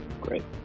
Great